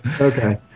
okay